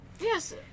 Yes